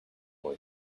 boy